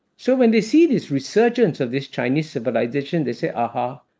so, when they see this resurgence of this chinese civilization, they say, aha.